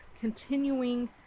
continuing